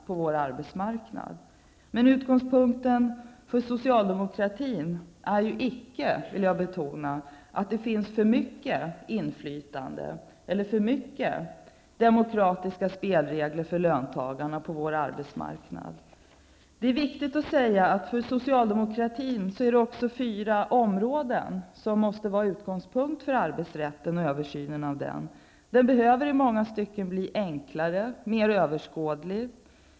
Jag vill betona att utgångspunkten för socialdemokratin icke är att det finns för mycket inflytande eller för mycket av demokratiska spelregler för löntagarna på vår arbetsmarknad. Det är viktigt att framhålla att det för socialdemokratin finns fyra områden som måste vara utgångspunkten för arbetsrätten och en översyn av denna. Arbetsrätten behöver i många stycken bli enklare och mer överskådlig.